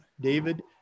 David